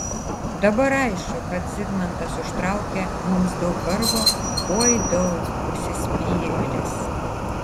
dabar aišku kad zigmantas užtraukė mums daug vargo oi daug užsispyrėlis